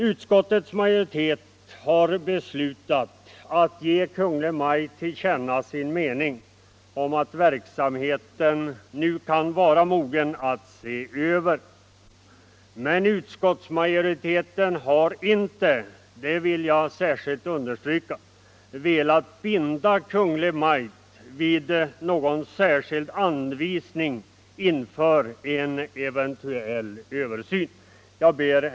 Utskottsmajoriteten har beslutat föreslå riksdagen att ge Kungl. Maj:t till känna att den verksamhet det här gäller nu kan vara mogen att ses över. Men utskottsmajoriteten har inte, det vill jag särskilt understryka, velat binda Kungl. Maj:t vid några speciella anvisningar inför en eventuell översyn. Herr talman!